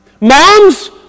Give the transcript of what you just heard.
Moms